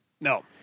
No